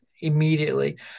immediately